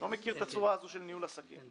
לא מכיר את הצורה הזאת של ניהול עסקים.